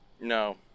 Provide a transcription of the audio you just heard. No